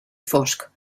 fosc